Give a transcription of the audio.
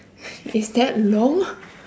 is that long